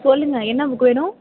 சொல்லுங்க என்ன புக் வேணும்